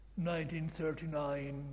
1939